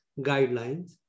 guidelines